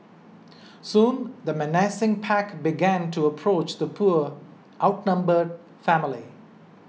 soon the menacing pack began to approach the poor outnumbered family